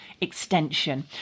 extension